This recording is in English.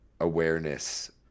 awareness